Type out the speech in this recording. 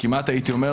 כמעט הייתי אומר,